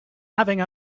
having